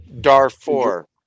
Darfur